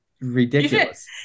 ridiculous